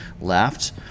left